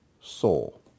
soul